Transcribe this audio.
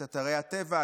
את אתרי הטבע,